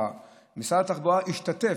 משרד התחבורה השתתף,